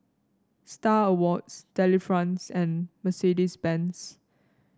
Star Awards Delifrance and Mercedes Benz